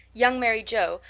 young mary joe,